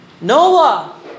Noah